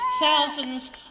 thousands